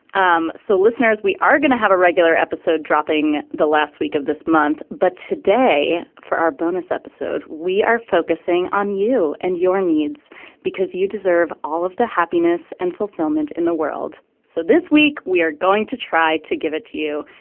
um so, listeners, we are going to have a regular episode dropping the last week of this month. but today for our bonus episode, we are focusing on you and your needs because you deserve all of the happiness and fulfillment in the world. so this week we are going to try to give it to you.